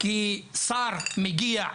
כי שר מגיע,